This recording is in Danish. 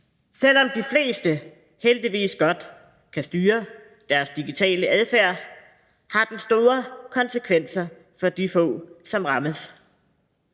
Selv om de fleste heldigvis godt kan styre deres digitale adfærd, har den store konsekvenser for de få, som rammes.